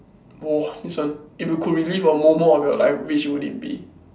!whoa! this one if you could relive a moment of your life which would it be